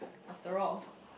after all